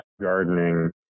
gardening